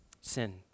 Sin